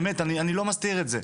באמת, אני לא מסתיר את זה.